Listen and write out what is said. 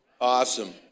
Awesome